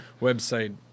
website